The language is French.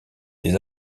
des